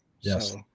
Yes